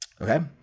Okay